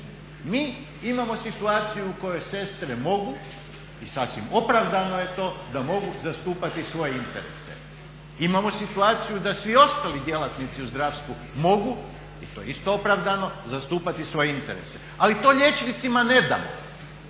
mi imamo situaciju u kojoj sestre mogu i sasvim opravdano je to da mogu zastupati svoje interese. Imamo situaciju da i svi ostali djelatnici u zdravstvu mogu, to je isto opravdano, zastupati svoje interese. Ali to liječnicima ne damo